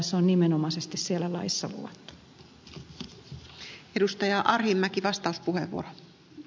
se on nimenomaisesti siellä laissa luvattu